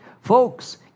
Folks